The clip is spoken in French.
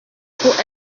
pour